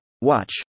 Watch